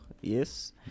Yes